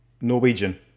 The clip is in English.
Norwegian